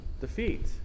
defeat